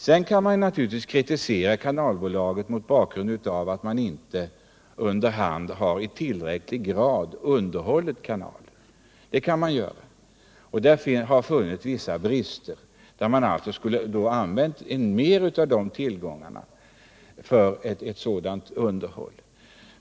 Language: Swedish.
Sedan kan man naturligtvis kritisera kanalbolaget för att det inte i tillräcklig grad har underhållit kanalen. Därvidlag finns det brister, och bolaget borde alltså ha använt mer av sina tillgångar till underhåll.